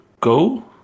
go